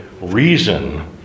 reason